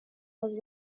was